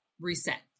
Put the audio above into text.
reset